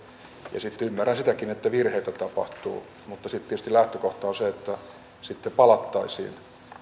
tehdä sitten ymmärrän sitäkin että virheitä tapahtuu mutta sitten tietysti lähtökohta on se että sitten palattaisiin